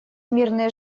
мирные